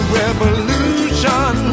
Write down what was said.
revolution